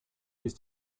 ist